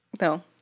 No